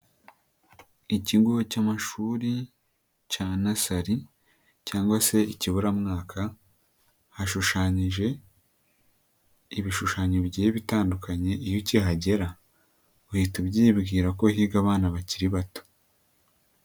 Ikigo cy'amashuri cya nasali cyangwag se ikiburamwaka, hashushanyije ibishushanyo bigiye bitandukanye, iyo ukihagera uhita ubyibwira ko higa abana bakiri bato.